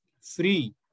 free